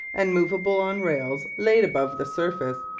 and movable on rails laid above the surface,